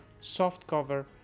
softcover